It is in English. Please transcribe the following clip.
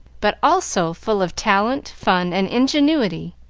but also full of talent, fun, and ingenuity.